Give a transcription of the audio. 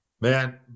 man